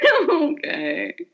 Okay